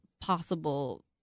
possible